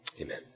amen